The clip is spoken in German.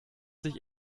sich